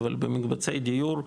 אבל במקבצי דיור,